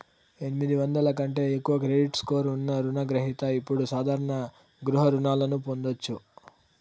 ఎనిమిది వందల కంటే ఎక్కువ క్రెడిట్ స్కోర్ ఉన్న రుణ గ్రహిత ఇప్పుడు సాధారణ గృహ రుణాలను పొందొచ్చు